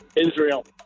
Israel